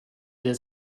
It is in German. der